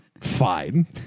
fine